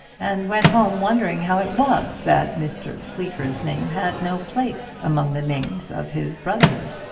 and went home wondering how it was that mr. sleaford's name had no place among the names of his brotherhood.